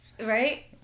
Right